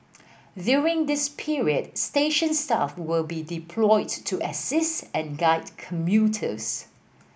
during this period station staff will be deployed to assist and guide commuters